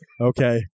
Okay